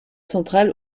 central